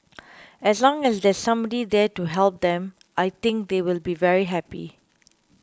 as long as there's somebody there to help them I think they will be very happy